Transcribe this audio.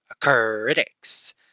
Critics